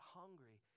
hungry